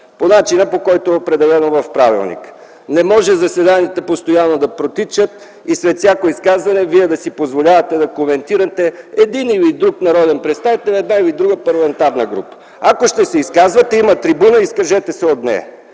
по начина, по който е определено в правилника. Не може заседанията постоянно да протичат и след всяко изказване Вие да си позволявате да коментирате един или друг народен представител, една или друга парламентарна група. Ако ще се изказвате – има трибуна, изкажете се от нея!